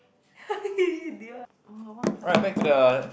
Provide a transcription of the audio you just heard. Dion !wah! one plant